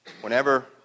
Whenever